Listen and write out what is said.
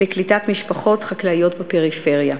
לקליטת משפחות חקלאיות בפריפריה.